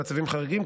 במצבים חריגים,